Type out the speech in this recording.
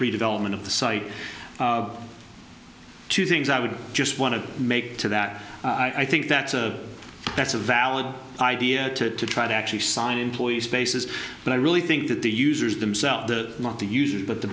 redevelopment of the site two things i would just want to make to that i think that's a that's a valid idea to try to actually sign employees spaces but i really think that the users themselves the not the users but the